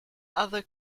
other